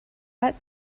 pas